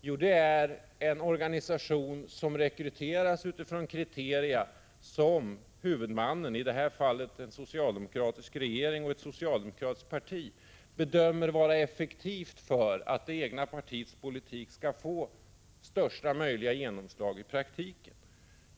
Jo, den innebär en organisation som rekryteras utifrån kriterier som huvudmannen -— i det här fallet den socialdemokratiska regeringen och det socialdemokratiska partiet — bedömer vara effektiva för att det egna partiets politik skall få största möjliga genomslag i praktiken.